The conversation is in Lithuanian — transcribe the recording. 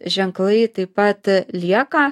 ženklai taip pat lieka